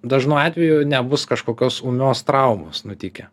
dažnu atveju nebus kažkokios ūmios traumos nutikę